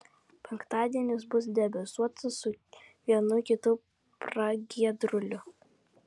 penktadienis bus debesuotas su vienu kitu pragiedruliu